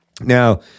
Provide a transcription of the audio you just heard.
Now